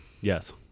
Yes